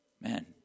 Man